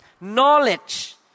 knowledge